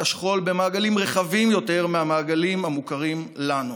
השכול במעגלים רחבים יותר מהמעגלים המוכרים לנו,